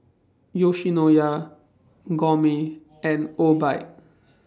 Yoshinoya Gourmet and Obike